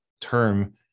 Term